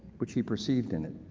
which he perceived in it.